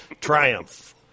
Triumph